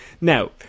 Now